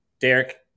Derek